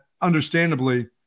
understandably